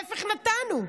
להפך, נתנו.